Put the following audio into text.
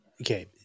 okay